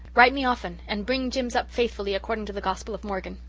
write me often and bring jims up faithfully, according to the gospel of morgan,